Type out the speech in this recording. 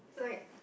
like